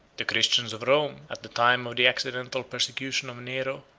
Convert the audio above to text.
the christians of rome, at the time of the accidental persecution of nero,